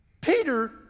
Peter